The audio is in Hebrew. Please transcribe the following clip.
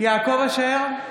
יעקב אשר,